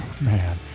man